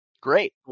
Great